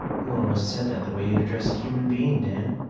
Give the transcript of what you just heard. you almost said that the way you'd address a human being, dan.